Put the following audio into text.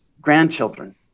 grandchildren